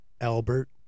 Albert